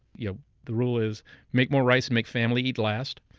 yeah the rule is make more rice. and make family eat last.